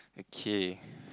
okay